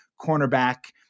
cornerback